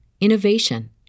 innovation